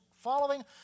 following